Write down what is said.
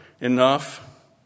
enough